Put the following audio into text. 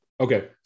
okay